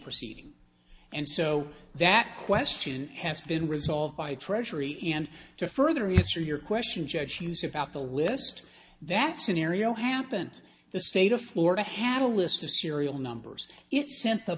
proceeding and so that question has been resolved by treasury and to further his or your question judge hughes about the list that scenario happened the state of florida had a list of serial numbers it sent the